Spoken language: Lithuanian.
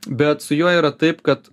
bet su juo yra taip kad